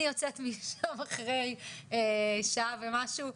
אני יוצאת משם אחרי שעה ומשהו,